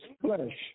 flesh